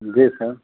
जी sir